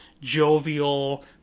Jovial